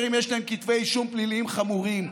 אם יש לו כתבי אישום פליליים חמורים.